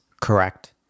correct